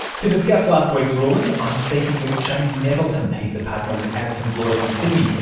to discuss last week's ruling i'm speaking with jamie nettleton. he's a partner with addisons lawyers in sydney,